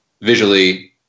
visually